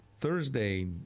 thursday